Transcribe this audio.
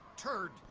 turd.